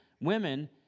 women